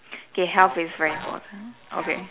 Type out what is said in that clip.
okay health is very important okay